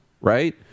right